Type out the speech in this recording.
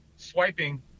Swiping